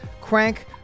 Crank